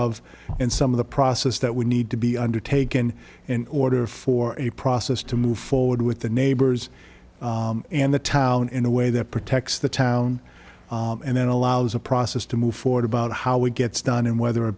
of and some of the process that would need to be undertaken in order for a process to move forward with the neighbors and the town in a way that protects the town and then allows a process to move forward about how it gets done and whether a